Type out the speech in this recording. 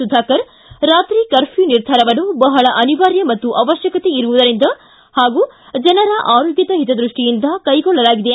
ಸುಧಾಕರ್ ರಾತ್ರಿ ಕರ್ಪ್ಯೂ ನಿರ್ಧಾರವನ್ನು ಬಹಳ ಅನಿವಾರ್ಯ ಮತ್ತು ಅವಶ್ಯಕತೆ ಇರುವುದರಿಂದ ಹಾಗೂ ಜನರ ಆರೋಗ್ಯದ ಹಿತದೃಷ್ಟಿಯಿಂದ ಕೈಗೊಳ್ಳಲಾಗಿದೆ